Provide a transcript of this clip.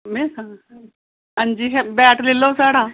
अंजी बैट लेई लैओ साढ़ा